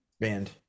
band